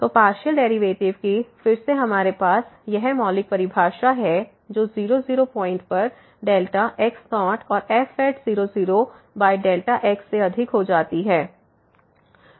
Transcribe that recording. तो partial derivative की फिर से हमारे पास यह मौलिक परिभाषा है जो 0 0 पॉइंट पर x0और f0 0 x से अधिक हो जाती है